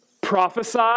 Prophesy